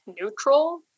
neutral